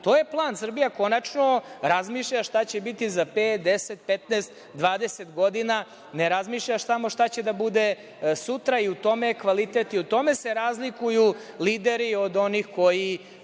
To je plan. Srbija konačno razmišlja šta će biti za pet, 10, 15, 20 godina. Ne razmišlja šta će da bude sutra i u tome je kvalitet i u tome se razlikuju lideri od onih koji